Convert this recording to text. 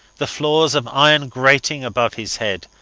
the floors of iron grating above his head,